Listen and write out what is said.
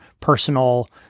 personal